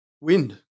wind